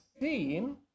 seen